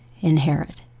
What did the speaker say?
inherit